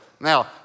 Now